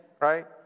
right